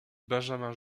benjamin